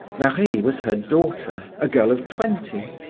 marie was her daughter, a girl of twenty,